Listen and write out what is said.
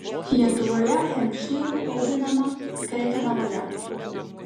lietuvoje hempšyrų auginama krekenavoje